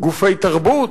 גופי תרבות,